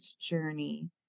journey